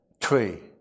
tree